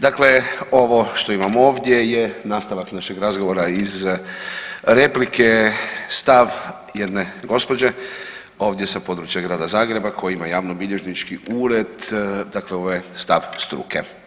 Dakle, ovo što imamo ovdje je nastavak našeg razgovora iz replike, stav jedne gospođe, ovdje sa područja Grada Zagreba koja ima javnobilježnički ured, dakle ovo je stav struke.